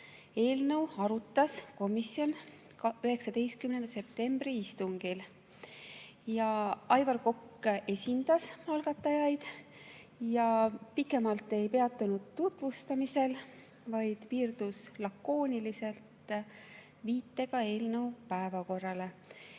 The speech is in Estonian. eelnõu arutas komisjon 19. septembri istungil. Aivar Kokk esindas algatajaid ja pikemalt ei peatunud tutvustamisel, vaid piirdus lakooniliselt viitega eelnõu [pealkirjale].